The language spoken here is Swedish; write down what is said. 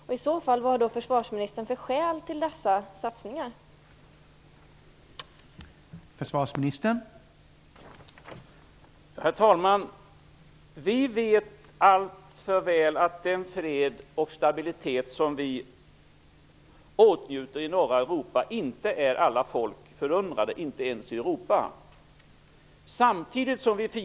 Vilka skäl har i så fall försvarsministern för de satsningarna?